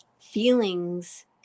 feelings